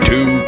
Two